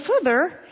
further